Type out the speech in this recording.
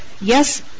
yes